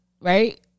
Right